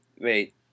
wait